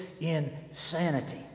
insanity